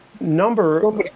number